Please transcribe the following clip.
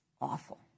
awful